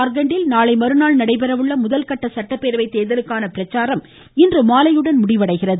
ஜார்கண்ட்டில் நாளைமறுநாள் நடைபெற உள்ள முதற்கட்ட சட்டப்பேரவைத் தேர்தலுக்கான பிரச்சாரம் இன்று மாலையுடன் முடிவடைகிறது